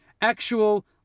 actual